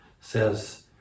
says